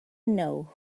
know